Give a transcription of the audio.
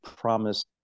promise